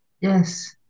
Yes